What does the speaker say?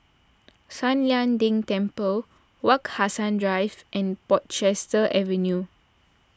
San Lian Deng Temple Wak Hassan Drive and Portchester Avenue